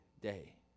day